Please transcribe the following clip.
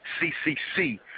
C-C-C